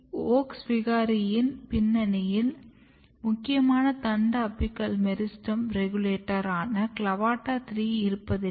WOX விகாரி பின்னணியில் முக்கியமான தண்டு அபிக்கல் மெரிஸ்டெம் ரெகுலேட்டர் ஆனா CLAVATA 3 இருப்பதில்லை